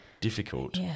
difficult